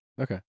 Okay